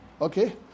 okay